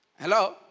Hello